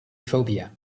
phobia